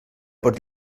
pots